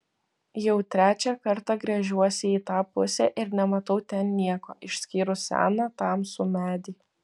jau trečią kartą gręžiuosi į tą pusę ir nematau ten nieko išskyrus seną tamsų medį